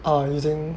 ah using